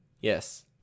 yes